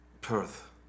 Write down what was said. Perth